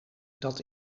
dat